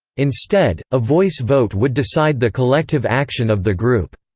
instead, a voice vote would decide the collective action of the group.